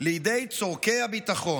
לידי צורכי הביטחון: